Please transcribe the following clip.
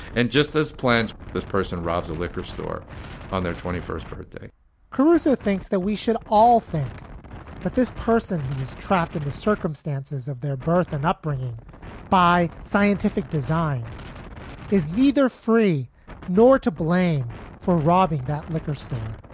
and just as planned, this person robs a liquor store on their twenty first birthday kouroussa thinks that we should all think that this person who is trapped in the circumstances of their birth and upbringing by scientific design is neither free nor to blame for robbing that liquor store